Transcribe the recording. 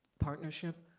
partnership.